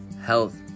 health